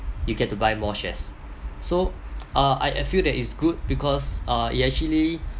you get to buy more shares so uh I I feel that it's good because uh it actually